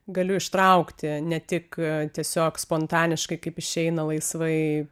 galiu ištraukti ne tik tiesiog spontaniškai kaip išeina laisvai